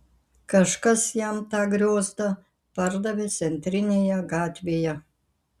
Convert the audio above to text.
kažkas jam tą griozdą pardavė centrinėje gatvėje